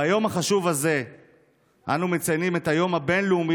ביום החשוב הזה אנו מציינים את היום הבין-לאומי